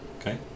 Okay